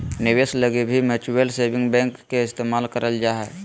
निवेश लगी भी म्युचुअल सेविंग बैंक के इस्तेमाल करल जा हय